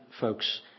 folks